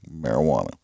marijuana